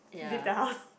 leave the house